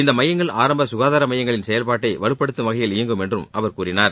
இந்த மையங்கள் ஆரம்ப சுகாதார மையங்களின் செயல்பாட்டை வலுப்படுத்தும் வகையில் இயங்கும் என்று அவர் கூறினார்